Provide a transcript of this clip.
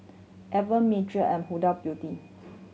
Evian and Huda Beauty